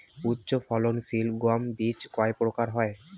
উচ্চ ফলন সিল গম বীজ কয় প্রকার হয়?